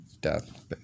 death